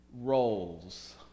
roles